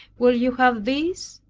will you have this,